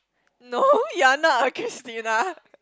no you're not a Christina